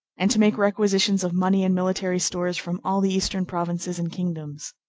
and to make requisitions of money and military stores from all the eastern provinces and kingdoms.